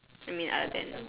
I mean other than